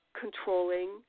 controlling